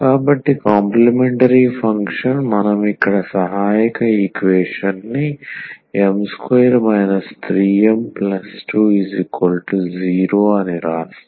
కాబట్టి complementary function మనం ఇక్కడ సహాయక ఈక్వేషన్ని m2 3m20 అని వ్రాస్తాము